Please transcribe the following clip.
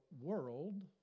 world